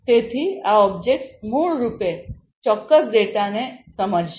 તેથી આ ઓબ્જેક્ટ્સ મૂળ રૂપે ચોક્કસ ડેટાને સમજશે